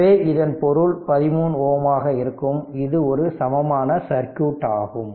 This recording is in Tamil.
எனவே இதன் பொருள் 13 Ω ஆக இருக்கும் இது ஒரு சமமான சர்க்யூட் ஆகும்